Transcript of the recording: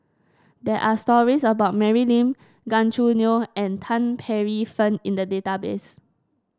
there are stories about Mary Lim Gan Choo Neo and Tan Paey Fern in the database